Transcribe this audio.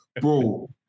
Bro